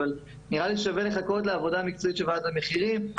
אבל נראה לי ששווה לחכות לעבודה המקצועית של ועדת המחירים,